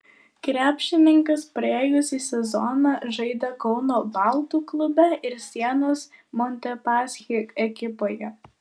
krepšininkas praėjusį sezoną žaidė kauno baltų klube ir sienos montepaschi ekipoje